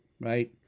right